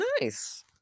Nice